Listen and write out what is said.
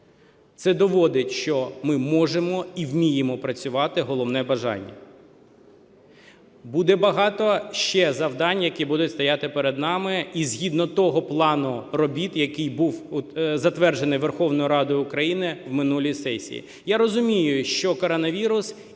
це доводить, що ми можемо і вміємо працювати, головне – бажання. Буде багато ще завдан ь, які будуть стояти перед нами і згідно того плану робіт, який був затверджений Верховною Радою України в минулій сесії.